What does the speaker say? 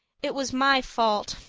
it was my fault.